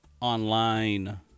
online